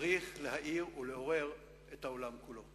צריך להעיר ולעורר את העולם כולו.